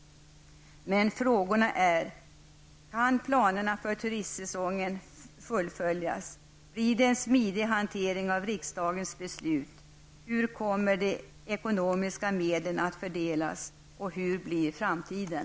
Så till mina frågor: -- Blir det en smidig hantering av riksdagens beslut? -- Hur kommer de ekonomiska medlen att fördelas? -- Hur blir framtiden?